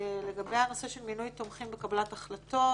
לגבי הנושא של מינוי תומכים בקבלת החלטות